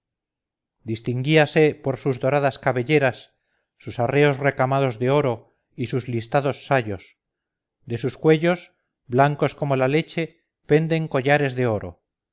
distinguíase por sus doradas cabelleras sus arreos recamados de oro y sus listados sayos de sus cuellos blancos como la leche penden collares de oro